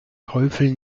teufel